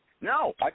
No